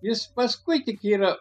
jis paskui tik yra